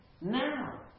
Now